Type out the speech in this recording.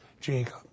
Jacob